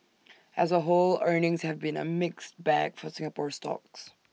as A whole earnings have been A mixed bag for Singapore stocks